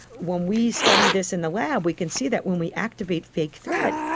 when we study this in the lab we can see that when we activate fake threat,